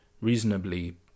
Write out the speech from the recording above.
reasonably